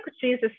Jesus